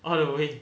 all the way